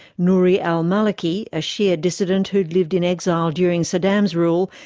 nouri al-maliki, a shia dissident who had lived in exile during saddam's rule,